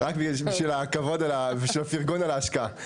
רק בשביל הכבוד והפירגון על ההשקעה.